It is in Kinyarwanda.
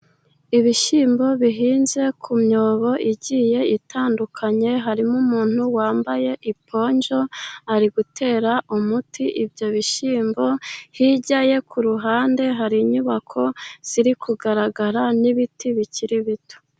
Ibishyimbo bihinze ku myobo igiye itandukanye, harimo umuntu wambaye iponjo, ari gutera umuti ibyo bishyimbo, hirya ye ku ruhande hari inyubako ziri kugaragara n'ibiti bikiri bito.